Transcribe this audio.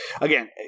again